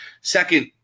Second